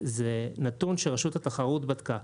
זה נתון שרשות התחרות בדקה.